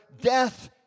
death